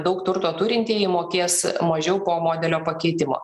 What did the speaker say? daug turto turintieji mokės mažiau po modelio pakeitimo